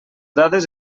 dades